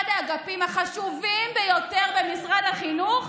אחד האגפים החשוב ביותר במשרד החינוך,